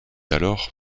alors